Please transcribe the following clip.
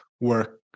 work